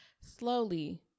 slowly